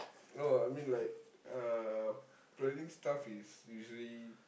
no I mean like uh planning stuff is usually